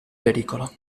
pericolo